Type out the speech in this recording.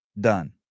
Done